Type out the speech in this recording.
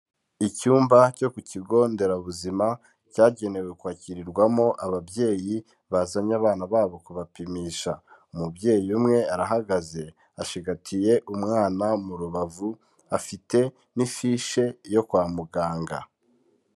Icyumba cyo ku kigo nderabuzima cyagenewe kwakirirwamo ababyeyi bazanye abana babo kubapimisha, umubyeyi umwe arahagaze acigatiye umwana mu rubavu, afite n'ifishi yo kwa muganga.